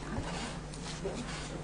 בבקשה.